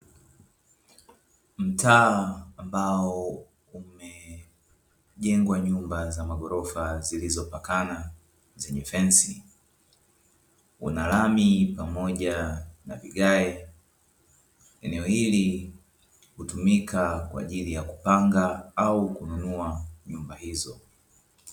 Mtaa ambao umejengwa nyumba za magorofa zilizopakana zenye fensi kuna lami pamoja na vigae, eneo hili hutumika kwa ajili ya kupanga au kununua nyumba hizo.